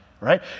right